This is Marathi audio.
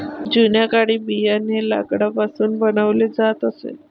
जुन्या काळी बियाणे लाकडापासून बनवले जात असे